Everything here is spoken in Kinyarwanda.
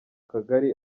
kagari